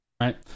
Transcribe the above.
right